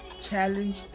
challenge